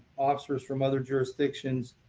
officers from other jurisdictions,